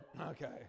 Okay